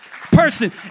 person